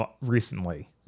recently